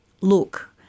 look